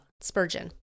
Spurgeon